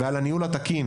כמו גם על הניהול התקין.